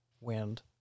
wind